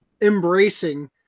embracing